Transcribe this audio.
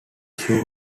shoe